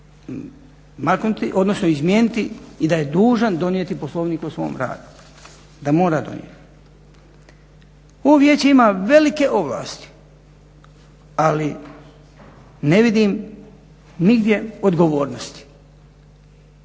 da je dužan donijeti Poslovnik o svom radu, da mora donijeti. Ovo vijeće ima velike ovlasti ali ne vidim nigdje odgovornosti.